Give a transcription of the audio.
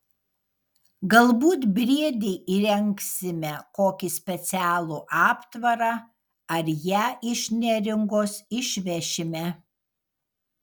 galbūt briedei įrengsime kokį specialų aptvarą ar ją iš neringos išvešime